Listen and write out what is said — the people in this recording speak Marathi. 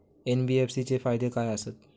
एन.बी.एफ.सी चे फायदे खाय आसत?